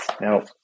Now